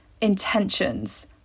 intentions